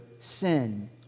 sin